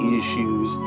issues